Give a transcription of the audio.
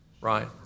Right